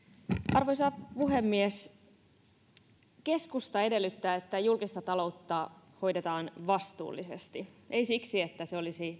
arvoisa puhemies keskusta edellyttää että julkista taloutta hoidetaan vastuullisesti ei siksi että se olisi